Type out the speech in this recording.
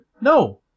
No